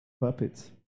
puppets